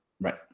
Right